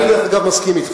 אני, דרך אגב, מסכים אתך.